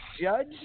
Judge